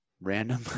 random